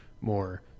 more